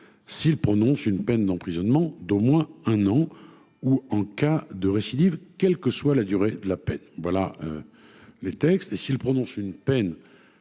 s'il prononce une peine d'emprisonnement d'au moins un an ou en cas de récidive, quelle que soit la durée de l'appel, voilà les textes et s'il prononce une peine